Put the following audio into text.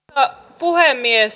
arvoisa puhemies